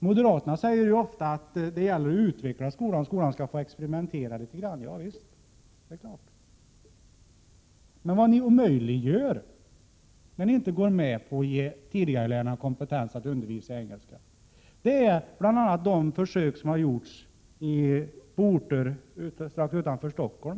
Moderaterna säger ju ofta att det gäller att utveckla skolan och låta skolan experimentera litet grand. Ja, men vad ni omöjliggör då ni inte går med på att ge tidigarelärarna kompetens att undervisa i engelska är bl.a. det försök som har gjorts på orter strax utanför Stockholm.